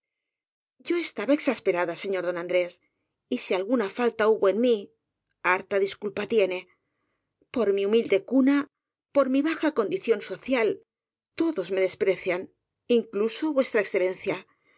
yo estaba exasperada señor don andrés y si alguna falta hubo en mí harta disculpa tiene por mi humilde cuna por mi baja condición social todos me despreciaban incluso